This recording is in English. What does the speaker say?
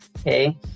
okay